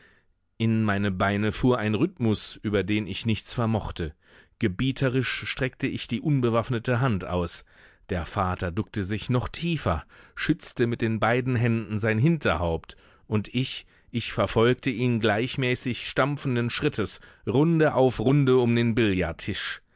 in meine beine fuhr ein rhythmus über den ich nichts vermochte gebieterisch streckte ich die unbewaffnete hand aus der vater duckte sich noch tiefer schützte mit den beiden händen sein hinterhaupt und ich ich verfolgte ihn gleichmäßig stampfenden schrittes runde auf runde um den billardtisch